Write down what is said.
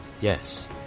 Yes